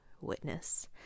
witness